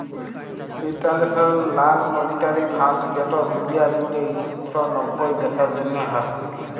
ইলটারল্যাশ লাল মালিটারি ফাল্ড যেট দুলিয়া জুইড়ে ইক শ নব্বইট দ্যাশের জ্যনহে হ্যয়